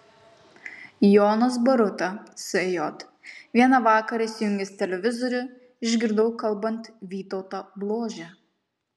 jonas boruta sj vieną vakarą įsijungęs televizorių išgirdau kalbant vytautą bložę